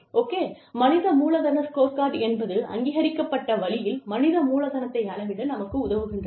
okay மனித மூலதன scorecard என்பது அங்கீகரிக்கப்பட்ட வழியில் மனித மூலதனத்தை அளவிட நமக்கு உதவுகின்றன